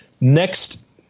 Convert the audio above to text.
next